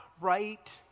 right